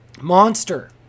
Monster